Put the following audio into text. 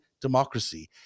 democracy